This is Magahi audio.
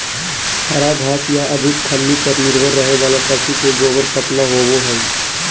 हरा घास या अधिक खल्ली पर निर्भर रहे वाला पशु के गोबर पतला होवो हइ